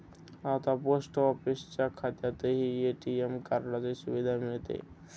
आता पोस्ट ऑफिसच्या खात्यातही ए.टी.एम कार्डाची सुविधा मिळते